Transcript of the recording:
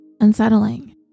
unsettling